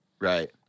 Right